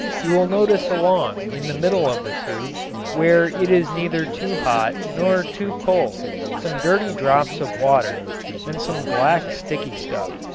you will notice along in the middle of the tube where it is neither too hot nor too cold some dirty drops of water and some black sticky stuff.